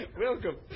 welcome